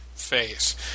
face